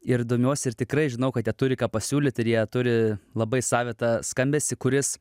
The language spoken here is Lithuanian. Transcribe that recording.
ir domiuosi ir tikrai žinau kad jie turi ką pasiūlyt ir jie turi labai savitą skambesį kuris